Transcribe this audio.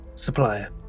supplier